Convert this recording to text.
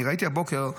ראיתי הבוקר,